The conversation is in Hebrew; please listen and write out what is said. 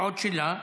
עוד שאלה,